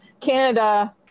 Canada